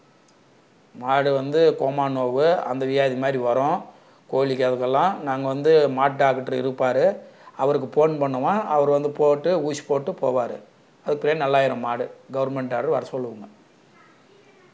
மாடு வந்து கோமாரி நோய் அந்த வியாதி மாதிரி வரும் கோழிகேவுக்கு எல்லாம் நாங்கள் வந்து மாட்டு டாக்ட்ரு இருப்பார் அவருக்கு ஃபோன் பண்ணுவோம் அவரு வந்து போட்டு ஊசி போட்டு போவார் அதுக்கு பிறகு நல்லாகிரும் மாடு கவர்மெண்ட் டாக்டர வர சொல்வங்க